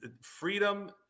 freedom